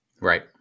Right